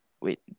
Wait